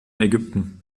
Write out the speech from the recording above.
ägypten